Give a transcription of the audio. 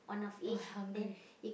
!wah! hungry